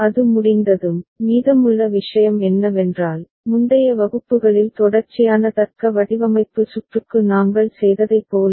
அது முடிந்ததும் மீதமுள்ள விஷயம் என்னவென்றால் முந்தைய வகுப்புகளில் தொடர்ச்சியான தர்க்க வடிவமைப்பு சுற்றுக்கு நாங்கள் செய்ததைப் போலவே